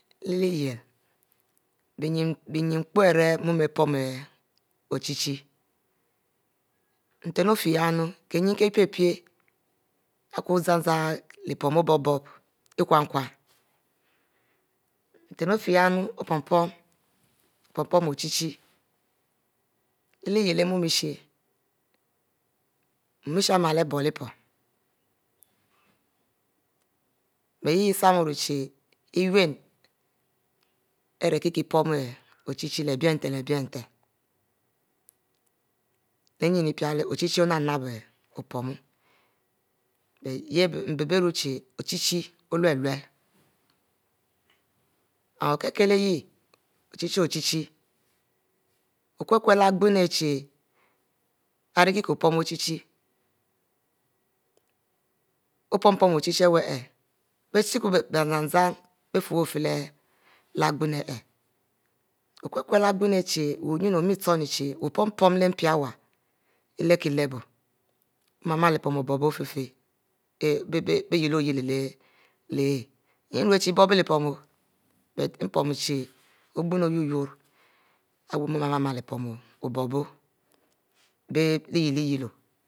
Iueh yyieh bic nyin ekpo ari mua apomu ochie-chic nten ofie yah kie nyin kie piepie zan, leh pom obubo uh kinn kinn nten ofie yah opamu ohie-chic leh bie leh-nten leh bie nten, nyin piele ochie nap opom mbe ari nee chic ochi olulur ari olaile yah ochic-ochie kule-kule leh igonnu chie ari kie opom ohie opom-pom ochie awu bie chic zan-zan bic afie legonnu ihieh ari wu nyin ochinchic opom leh mpi awu ilekielo omale lepom obubo ofie-fieh bic yele-yele leh hay